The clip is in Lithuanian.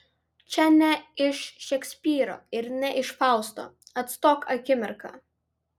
čia ne iš šekspyro ir ne iš fausto atstok akimirka